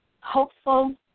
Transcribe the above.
hopeful